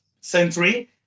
century